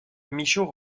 michaud